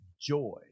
joy